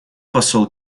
посол